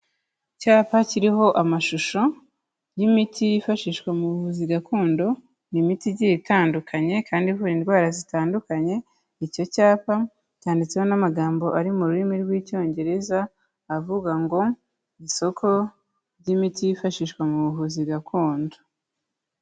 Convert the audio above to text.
Icyapa kiriho amashusho y'imiti yifashishwa mu buvuzi gakondo, ni imiti igiye itandukanye kandi ivura indwara zitandukanye, icyo cyapa cyanditseho n'amagambo ari mu rurimi rw'icyongereza, avuga ngo, isoko ry'imiti yifashishwa mu buvuzi gakondo.